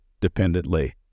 dependently